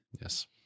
Yes